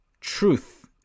truth